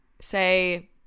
say